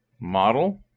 model